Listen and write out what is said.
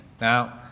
Now